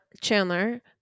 Chandler